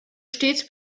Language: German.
stets